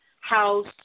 house